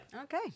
Okay